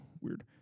weird